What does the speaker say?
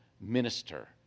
minister